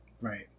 Right